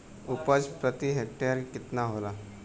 उपज प्रति हेक्टेयर केतना होला?